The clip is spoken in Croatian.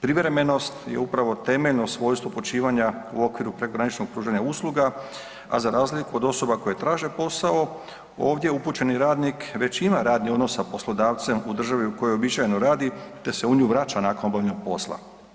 Privremenost je upravo temeljno svojstvo počivanja u okviru prekograničnog pružanja usluga, a za razliku od osoba koje traže posao ovdje upućeni radnik već ima radni odnos sa poslodavcem u državi u kojoj uobičajeno radi te se u nju vraća nakon obavljenog posla.